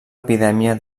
epidèmia